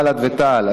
בל"ד ותע"ל,